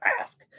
ask